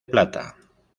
plata